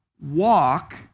Walk